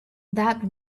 that